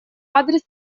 адрес